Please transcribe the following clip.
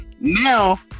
Now